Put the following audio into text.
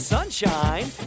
Sunshine